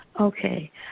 Okay